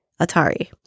Atari